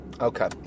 Okay